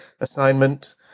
assignment